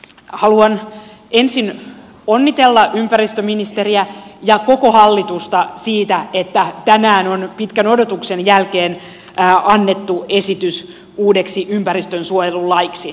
haluan ensin onnitella ympäristöministeriä ja koko hallitusta siitä että tänään on pitkän odotuksen jälkeen annettu esitys uudeksi ympäristönsuojelulaiksi